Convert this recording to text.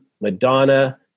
Madonna